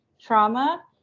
trauma